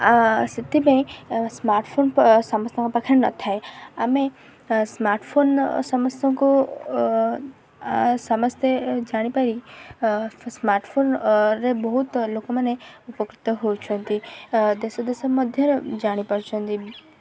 ଆ ସେଥିପାଇଁ ସ୍ମାର୍ଟଫୋନ୍ ସମସ୍ତଙ୍କ ପାଖରେ ନଥାଏ ଆମେ ସ୍ମାର୍ଟଫୋନ୍ ସମସ୍ତଙ୍କୁ ସମସ୍ତେ ଜାଣିପାରି ସ୍ମାର୍ଟ୍ଫୋନ୍ରେ ବହୁତ ଲୋକମାନେ ଉପକୃତ ହେଉଛନ୍ତି ଦେଶ ଦେଶ ମଧ୍ୟରେ ଜାଣିପାରୁଛନ୍ତି